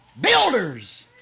builders